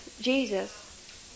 Jesus